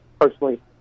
personally